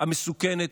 המסוכנת,